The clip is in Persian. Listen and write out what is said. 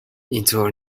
اینطور